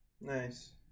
Nice